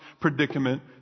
predicament